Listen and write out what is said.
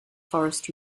forest